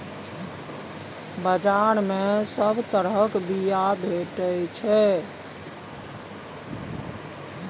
बजार मे सब तरहक बीया भेटै छै